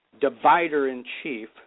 divider-in-chief